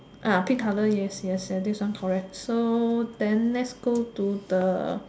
pink colour yes yes this one correct so then let's go to the